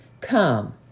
Come